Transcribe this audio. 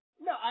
No